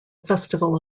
festival